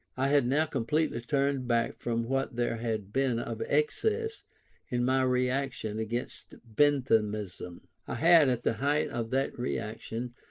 i had now completely turned back from what there had been of excess in my reaction against benthamism. i had, at the height of that reaction,